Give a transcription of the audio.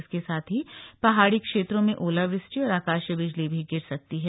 इसके साथ ही पहाड़ी क्षेत्रों में ओला वृष्टि और आकाशीय बिजली भी गिर सकती है